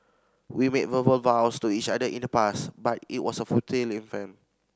we made verbal vows to each other in the past but it was a futile